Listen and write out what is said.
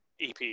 EP